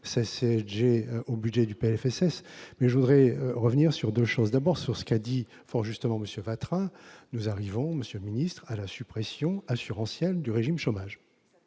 j'ai au budget du PLFSS mais je voudrais revenir sur 2 choses : d'abord sur ce qu'a dit fort justement monsieur Vatrin nous arrivons Monsieur, ministre à la suppression assurantielle du régime chômage